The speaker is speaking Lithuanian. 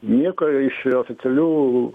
nieko iš oficialių